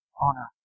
honor